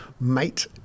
mate